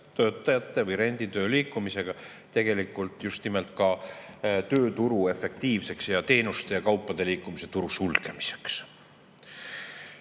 töötajate või renditöö liikumisega just nimelt ka tööturu efektiivseks ning teenuste ja kaupade liikumise turu sulgemiseks.